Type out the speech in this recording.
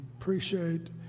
appreciate